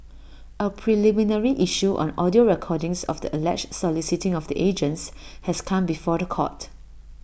A preliminary issue on audio recordings of the alleged soliciting of the agents has come before The Court